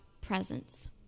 presence